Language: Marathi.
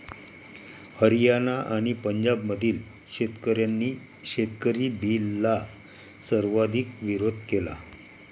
हरियाणा आणि पंजाबमधील शेतकऱ्यांनी शेतकरी बिलला सर्वाधिक विरोध केला